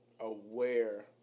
aware